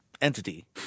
entity